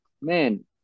Man